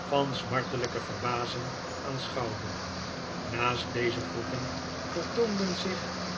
van smartelijke verbazing aanschouwde naast deze groepen vertoonde zich